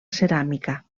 ceràmica